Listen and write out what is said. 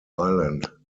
island